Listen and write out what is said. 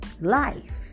Life